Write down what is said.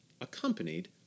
accompanied